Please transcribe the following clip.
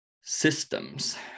systems